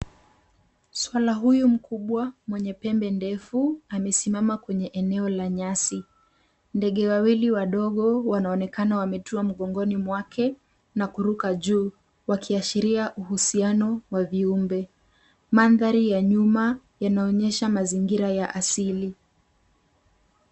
Swara huyu mkubwa mwenye pembe ndefu amesimama kwenye eneo la nyasi. Ndege wawili wadogo wanaonekana wametua mgongoni mwake na kuruka juu, wakiashiria uhusiano wa viumbe. Mandhari ya nyuma yanaonyesha mazingira ya asili.